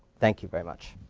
thank you very much.